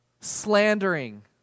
Slandering